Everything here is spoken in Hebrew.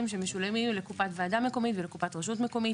שמשולמים לקופת וועדה מקומית ולקופת רשות מקומית.